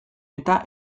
eta